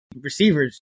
receivers